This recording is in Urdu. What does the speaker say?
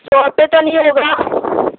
سو روپیے تو نہیں ہوگا